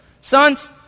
Sons